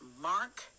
Mark